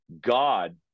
God